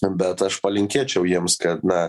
bet aš palinkėčiau jiems kad na